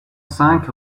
cinq